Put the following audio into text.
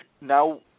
now